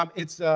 um it's,